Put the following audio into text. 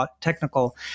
technical